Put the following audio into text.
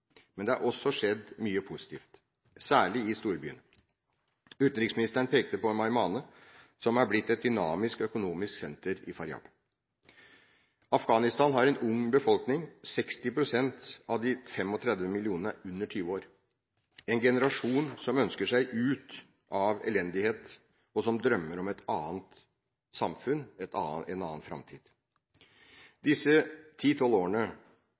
Men det er også skjedd mye positivt, særlig i storbyene. Utenriksministeren pekte på Meymaneh, som er blitt et dynamisk økonomisk senter i Faryab. Afghanistan har en ung befolkning. 60 pst. av de 35 millionene er under 20 år – en generasjon som ønsker seg ut av elendighet, og som drømmer om et annet samfunn og en annen framtid. Disse ti–tolv årene